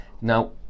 Now